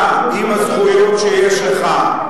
אתה עם הזכויות שיש לך,